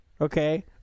okay